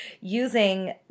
using